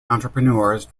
entrepreneurs